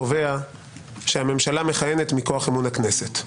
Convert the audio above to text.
קובע שהממשלה מכהנת מכוח אמון הכנסת.